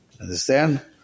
Understand